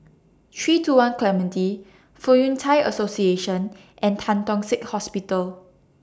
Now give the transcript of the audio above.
three two one Clementi Fong Yun Thai Association and Tan Tock Seng Hospital